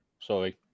Sorry